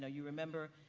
know, you remember,